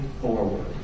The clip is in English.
forward